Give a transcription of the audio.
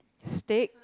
steak